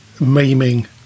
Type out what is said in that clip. maiming